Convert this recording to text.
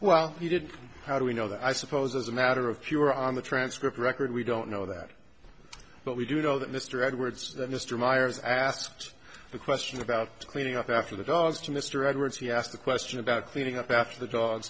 well he did how do we know that i suppose as a matter of pure on the transcript record we don't know that but we do know that mr edwards that mr meyers asked the question about cleaning up after the dogs to mr edwards he asked the question about cleaning up after the dog